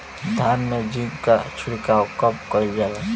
धान में जिंक क छिड़काव कब कइल जाला?